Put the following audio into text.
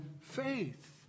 faith